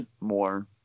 more